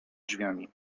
drzwiami